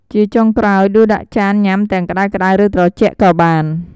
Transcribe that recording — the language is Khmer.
ជាចុងក្រោយ ដួសដាក់ចានញ៉ាំទាំងក្តៅៗ ឬត្រជាក់ក៏បាន។